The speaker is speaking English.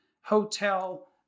hotel